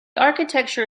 architecture